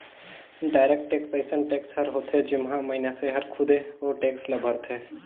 direct tax अइसन tax हर होथे जेम्हां मइनसे हर खुदे ओ टेक्स ल भरथे